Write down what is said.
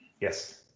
Yes